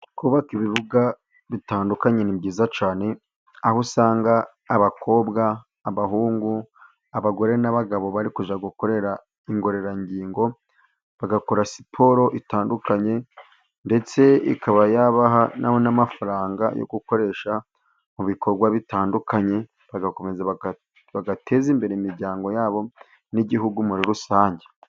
Kubaka ibibuga bitandukanye ni byiza cyane, aho usanga abakobwa, abahungu, abagore n'abagabo bari gukorera ingororangingo, bagakora siporo itandukanye, ndetse ikaba yabaha n'amafaranga yo gukoresha mu bikorwa bitandukanye, bagateza imbere imiryango ya bo n'igihugu muri rusange.